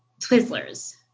Twizzlers